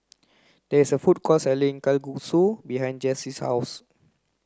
there is a food court selling Kalguksu behind Jesse's house